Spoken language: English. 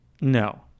No